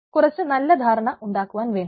കറച്ച് നല്ല ധാരണ ഉണ്ടാക്കുവാൻ വേണ്ടി